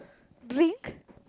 drink